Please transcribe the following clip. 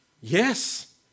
Yes